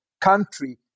country